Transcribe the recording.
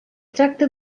tracta